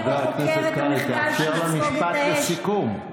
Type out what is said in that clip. חבר הכנסת קרעי, תאפשר לה משפט לסיכום.